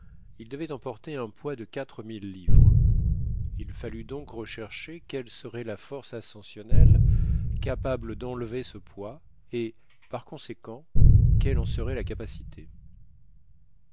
il devait emporter un poids de quatre mille livres il fallut donc rechercher quelle serait la force ascensionnelle capable d'enlever ce poids et par conséquent quelle en serait la capacité